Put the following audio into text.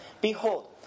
Behold